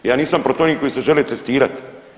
Ja nisam protiv onih koji se žele testirati.